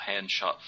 Handshot